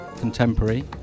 Contemporary